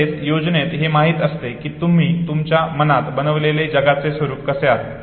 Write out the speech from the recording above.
तसेच योजनेत हे माहित असते की तुम्ही तुमच्या मनात बनवलेले जगाचे स्वरूप कसे आहे